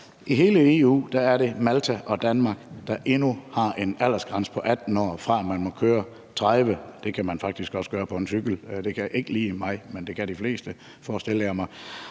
i hele EU er det Malta og Danmark, der endnu har en aldersgrænse på 18 år, før man må køre mere end 30 km/t, som man faktisk også kan gøre på en cykel – ikke lige mig, men det kan de fleste, forestiller jeg mig.